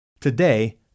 Today